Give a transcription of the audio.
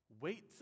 Wait